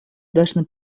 должны